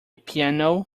piano